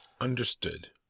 Understood